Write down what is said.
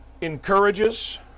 encourages